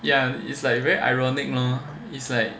ya is like very ironic you know it's like